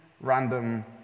random